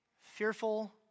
fearful